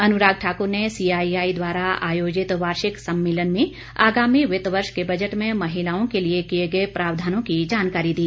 अनुराग ठाक्र ने सीआईआई द्वारा आयोजित वार्षिक सम्मेलन में आगामी वित्तवर्ष के बजट में महिलाओं के लिए किए गए प्रावधानों की जानकारी दी